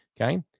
Okay